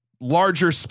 larger